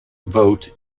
vote